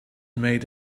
made